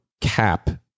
cap